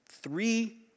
Three